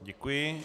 Děkuji.